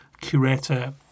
curator